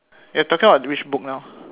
you're talking about which book now